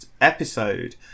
episode